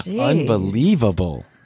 Unbelievable